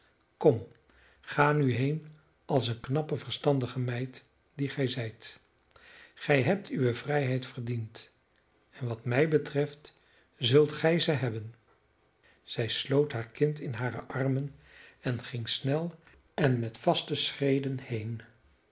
kom ga nu heen als een knappe verstandige meid die gij zijt gij hebt uwe vrijheid verdiend en wat mij betreft zult gij ze hebben zij sloot haar kind in hare armen en ging snel en met vaste schreden heen